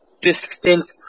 distinct